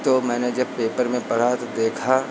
तो मैंने जब पेपर में पढ़ा तो देखा